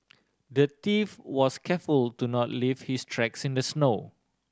the thief was careful to not leave his tracks in the snow